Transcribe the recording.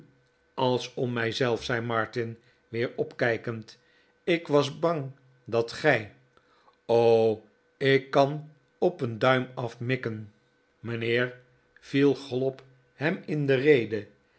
als om mij zelf zei martin weer opkijkend ik was bang dat gij r g ik kan op een duim af mikken chten viel chollop hem in de rede